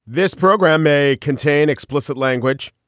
this program may contain explicit language.